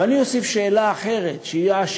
15